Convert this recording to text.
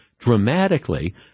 dramatically